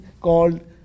called